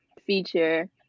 feature